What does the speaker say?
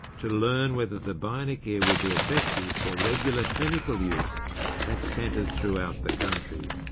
to learn whether the bionic ear would be effective for regular clinical use at centres throughout the country.